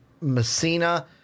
Messina